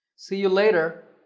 see you later.